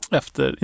efter